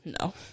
no